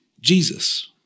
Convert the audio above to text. Jesus